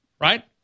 right